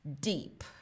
deep